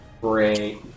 Great